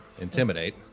Intimidate